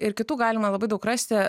ir kitų galima labai daug rasti